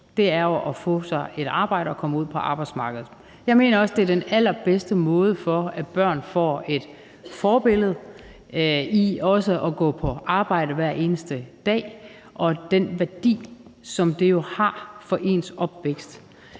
er jo at få sig et arbejde og komme ud på arbejdsmarkedet. Jeg mener også, at det er den allerbedste måde til, at børn får et forbillede for at gå på arbejde hver eneste dag, og at det har værdi for deres opvækst.